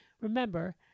remember